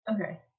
Okay